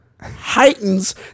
heightens